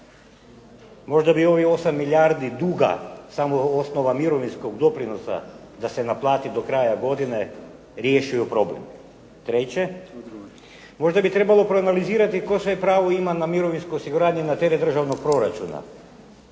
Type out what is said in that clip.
Možda bi ovih 8 milijardi duga, samo je ovo osnova mirovinskog doprinosa, da se naplati do kraja godine, riješio problem. Treće, možda bi trebalo proanalizirati tko sve pravo ima na mirovinsko osiguranje na teret državnog proračuna